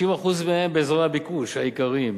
60% מהן באזורי הביקוש העיקריים,